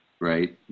right